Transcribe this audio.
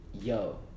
yo